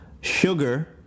sugar